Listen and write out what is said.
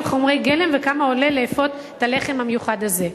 חומרי הגלם וכמה עולה לאפות את הלחם המיוחד הזה,